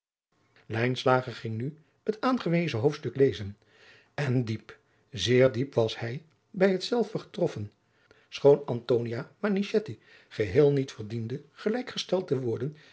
ging nu het aangewezen hoofdstuk lezen en diep zeer diep was hij bij hetzelve getroffen schoon antonia manichetti geheel niet verdiende gelijk gesteld te worden